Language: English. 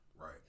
Right